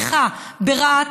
לחנוך בפעם הראשונה בריכה ברהט,